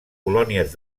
colònies